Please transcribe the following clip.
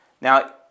Now